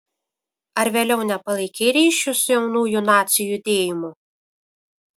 ar vėliau nepalaikei ryšių su jaunųjų nacių judėjimu